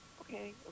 okay